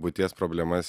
būties problemas